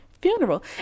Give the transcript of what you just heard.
funeral